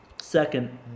Second